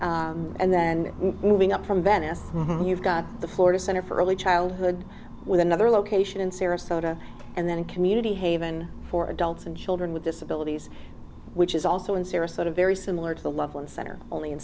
us and then moving up from venice you've got the florida center for early childhood with another location in sarasota and then a community haven for adults and children with disabilities which is also in sarasota very similar to the loveland center only in